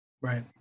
right